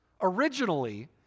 originally